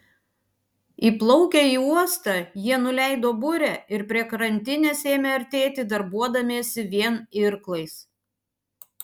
įplaukę į uostą jie nuleido burę ir prie krantinės ėmė artėti darbuodamiesi vien irklais